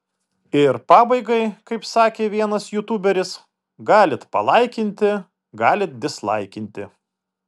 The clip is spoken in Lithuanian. ir pabaigai kaip sakė vienas jutuberis galit palaikinti galit dislaikinti